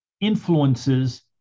influences